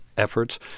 efforts